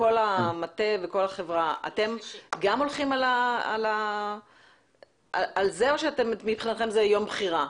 שכל המטה וכל החברה אתם גם הולכים על זה או שמבחינתכם זה יום בחירה?